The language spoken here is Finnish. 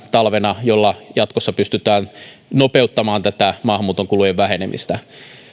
talvena keskeinen lakiesitys jolla jatkossa pystytään nopeuttamaan tätä maahanmuuton kulujen vähenemistä